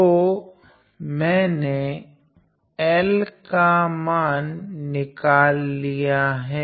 तो मीने L पर मान निकाल लिया हैं